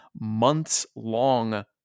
months-long